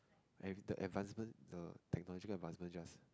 have the advancement the technological advancement just